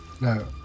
no